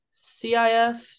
CIF